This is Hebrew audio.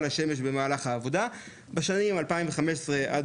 לשמש במהלך העבודה בין השנים 2015-2021,